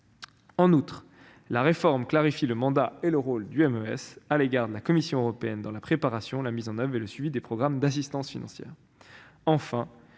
En outre, la réforme clarifie le mandat et le rôle du MES à l'égard de la Commission européenne dans le cadre de la préparation, de la mise en oeuvre et du suivi des programmes d'assistance financière.